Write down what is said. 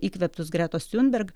įkvėptus gretos tiunberg